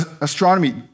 astronomy